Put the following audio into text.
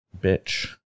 bitch